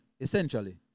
essentially